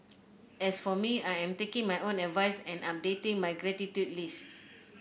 as for me I am taking my own advice and updating my gratitude list